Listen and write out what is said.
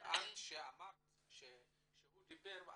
ואת טענת כשהוא דיבר,